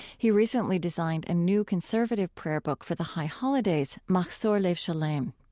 he recently designed a new conservative prayer book for the high holidays, mahzor lev shelem.